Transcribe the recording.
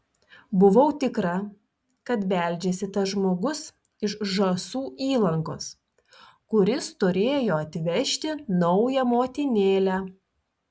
buvau tikra kad beldžiasi tas žmogus iš žąsų įlankos kuris turėjo atvežti naują motinėlę